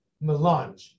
melange